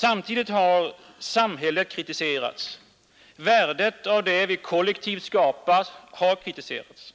Samtidigt har samhället kritiserats. Värdet av det vi kollektivt skapar har kritiserats.